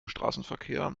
straßenverkehr